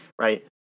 right